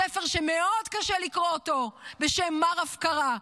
ספר שמאוד קשה לקרוא אותו, בשם "מר הפקרה".